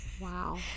Wow